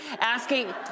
Asking